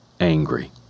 angry